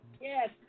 Yes